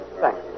Thanks